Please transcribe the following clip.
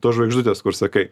tos žvaigždutės kur sakai